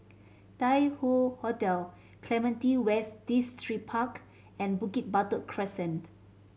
Tai Hoe Hotel Clementi West Distripark and Bukit Batok Crescent